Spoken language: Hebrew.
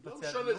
לא משנה.